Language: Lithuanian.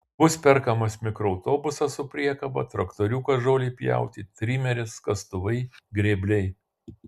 bus perkamas mikroautobusas su priekaba traktoriukas žolei pjauti trimeris kastuvai grėbliai